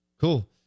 Cool